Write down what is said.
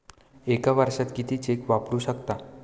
एका वर्षात किती चेक वापरू शकता?